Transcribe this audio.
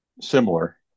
similar